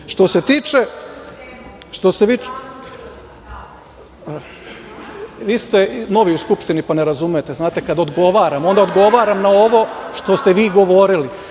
golog, itd. Što se tiče… vi ste novi u Skupštini pa ne razumete. Znate, kada odgovaram, onda odgovaram na ovo što ste vi govorili.